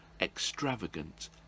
extravagant